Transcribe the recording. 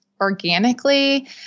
organically